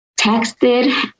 texted